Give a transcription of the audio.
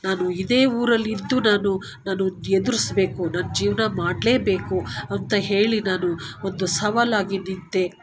ನಾನು ಇದೇ ಊರಲ್ಲಿ ಇದ್ದು ನಾನು ನಾನು ಎದುರಿಸಬೇಕು ನನ್ನ ಜೀವನ ಮಾಡಲೇ ಬೇಕು ಅಂತ ಹೇಳಿ ನಾನು ಒಂದು ಸವಾಲಾಗಿ ನಿಂತೆ